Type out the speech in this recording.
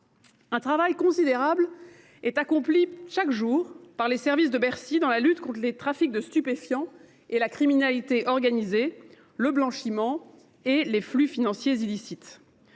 Un travail considérable est accompli chaque jour par les services de Bercy dans la lutte contre les trafics de stupéfiants, la criminalité organisée, le blanchiment et les flux financiers illicites.